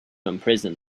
imprison